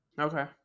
Okay